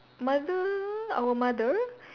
mother our mother